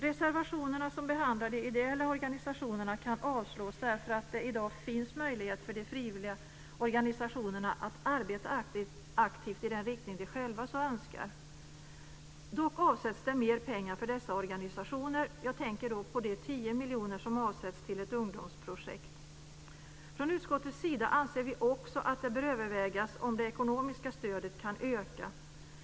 Reservationerna som behandlar de ideella organisationerna kan avslås därför att det i dag finns alla möjligheter för de frivilliga organisationerna att arbeta aktivt i den riktning som de själva önskar. Det avsätts mera pengar till dessa organisationer - jag tänker då på de 10 miljoner som avsatts till ett ungdomsprojekt. Från utskottets sida anser vi också att det bör övervägas om det ekonomiska stödet kan öka.